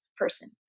person